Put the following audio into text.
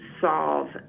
solve